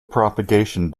propagation